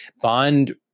bond